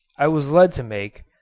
i was led to make,